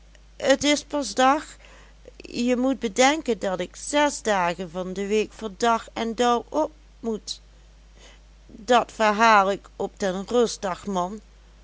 t is pas dag je moet bedenken dat ik zes dagen van de week voor dag en dauw op moet dat verhaal ik op den rustdag man